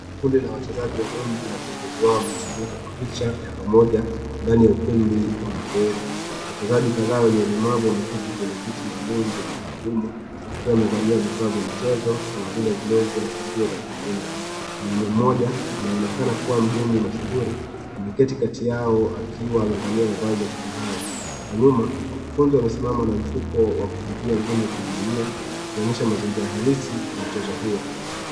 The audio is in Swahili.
Kundi la wachezaji wa dondi na viongozi wao wamekusanyika kwa picha ya pamoja ndani ya ukumbi wa mazoezi. Wachezaji kadhaa wenye ulemavu wameketi kwenye viti maalum vya magurudumu wakiwa wamevalia vifaa vya mchezo kama vile glovu na kofia za kujilinda. Mwanaume mmoja anayeonekana kuwa mgeni mashuhuri ameketi kati yao akiwa amevalia mavazi ya kifahari. Kwa nyuma wakufunzi wamesimama na mifuko wa kupigia ngumi ukinining'inia ikionyesha mazingira halisi ya mchezo huo.